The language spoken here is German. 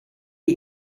die